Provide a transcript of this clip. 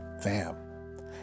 Fam